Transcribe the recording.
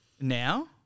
Now